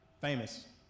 famous